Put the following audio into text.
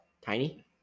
Tiny